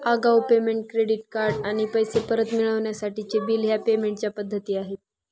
आगाऊ payment, credit card आणि पैसे परत मिळवण्यासाठीचे बिल ह्या पेमेंट च्या पद्धती आहे